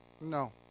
No